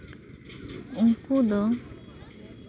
ᱩᱱᱠᱩ ᱫᱚ